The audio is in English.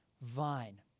vine